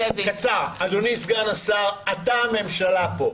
בקצרה, אדוני סגן השר, אתה הממשלה פה.